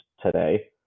today